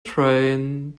train